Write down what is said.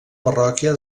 parròquia